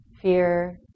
fear